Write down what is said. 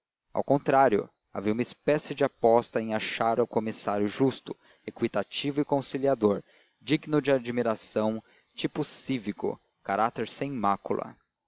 ao contrário havia uma espécie de aposta em achar o comissário justo equitativo e conciliador digno de admiração tipo cívico caráter sem mácula